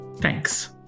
Thanks